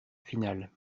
finale